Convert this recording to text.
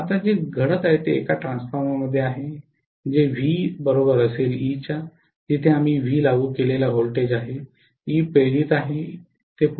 तर आता जे घडत आहे ते एका ट्रान्सफॉर्मरमध्ये आहे जे आहे जिथे आम्ही V लागू केलेला व्होल्टेज आहे E प्रेरित ई एम फ आहे